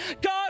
God